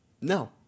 No